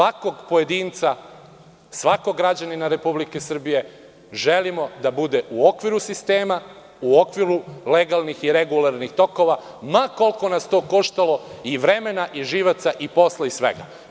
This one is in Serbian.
Za svakog pojedinca, svakog građanina Republike Srbije želimo da bude u okviru sistema, u okviru legalnih i regularnih tokova, ma koliko nas to koštalo i vremena i živaca i posla i svega.